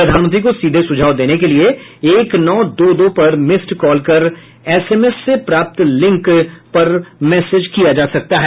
प्रधानमंत्री को सीधे सुझाव देने के लिए एक नौ दो दो पर मिस्ड कॉल कर एस एम एस से लिंक प्राप्त किया जा सकता है